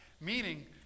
Meaning